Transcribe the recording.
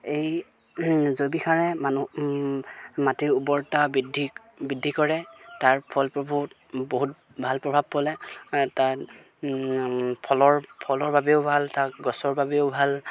এই জৈৱিক সাৰে মানুহ মাটিৰ উৰ্বৰতা বৃদ্ধি বৃদ্ধি কৰে তাৰ ফলপ্ৰসূ বহুত ভাল প্ৰভাৱ পৰে তাত ফলৰ ফলৰ বাবেও ভাল তাক গছৰ বাবেও ভাল